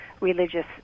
religious